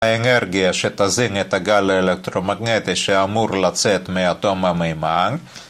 האנרגיה שתזין את הגל האלקטרומגנטי שאמור לצאת מאטום המימן